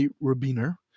Rabiner